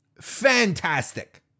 Fantastic